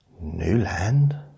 Newland